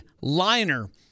liner